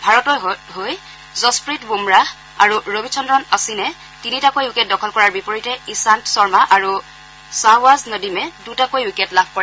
ভাৰতৰ হৈ যশপ্ৰীত বুমৰাহ আৰু ৰবিচন্দ্ৰন অধিনে তিনিটাকৈ উইকেট দখল কৰাৰ বিপৰীতে ঈশান্ত শৰ্মা আৰু শ্বাহবাজ নদিমে দুটাকৈ উইকেত লাভ কৰে